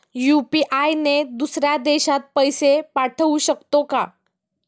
UPI ने दुसऱ्या देशात पैसे पाठवू शकतो का?